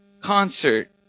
concert